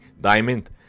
Diamond